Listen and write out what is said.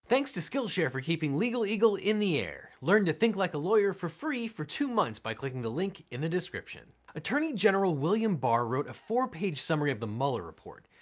thanks to skillshare for keeping legaleagle in the air. learn to think like a lawyer for free for two months by clicking the link in the description. attorney general william barr wrote a four page summary of the mueller report.